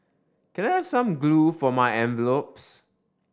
can I have some glue for my envelopes